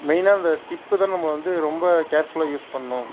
மெயினாக அந்த டிப்பு தான் நம்ம வந்து ரொம்ப கேர்ஃபுல்லாக யூஸ் பண்ணணும்